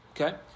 okay